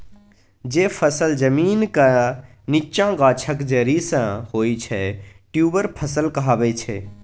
जे फसल जमीनक नीच्चाँ गाछक जरि सँ होइ छै ट्युबर फसल कहाबै छै